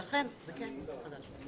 לכן, זה כן נושא חדש.